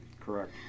Correct